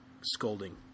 scolding